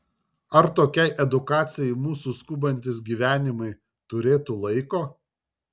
ar tokiai edukacijai mūsų skubantys gyvenimai turėtų laiko